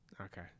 Okay